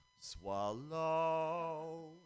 swallow